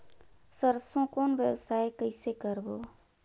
सरसो कौन व्यवसाय कइसे करबो?